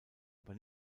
aber